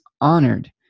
Honored